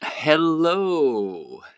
Hello